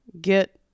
get